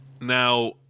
Now